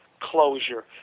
closure